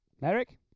Merrick